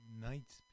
Nights